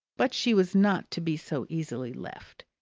but she was not to be so easily left.